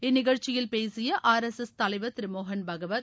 இந்நிகழ்ச்சியில் பேசிய ஆர்எஸ்எஸ் தலைவர் திரு மோகன் பகவத்